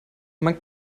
man